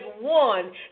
one